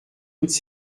toutes